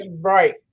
right